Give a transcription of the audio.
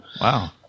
Wow